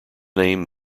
name